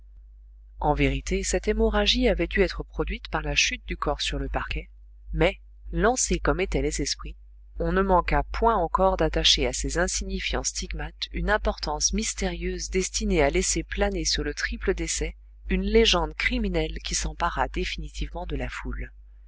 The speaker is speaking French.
en vérité cette hémorragie avait dû être produite par la chute du corps sur le parquet mais lancés comme étaient les esprits on ne manqua point encore d'attacher à ces insignifiants stigmates une importance mystérieuse destinée à laisser planer sur le triple décès une légende criminelle qui s'empara définitivement de la foule